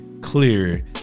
clear